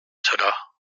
cela